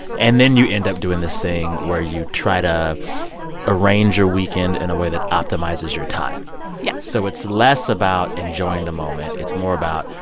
and then you end up doing this thing where you try to arrange your weekend in a way that optimizes your time yeah so it's less about enjoying the moment. it's more about,